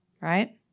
right